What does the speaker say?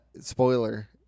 Spoiler